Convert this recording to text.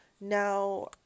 now